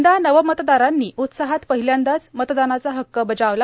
यंदा नवमतदारांनी उत्साहात पहिल्यांदा मतदानाचा हक्क बजावला